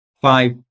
five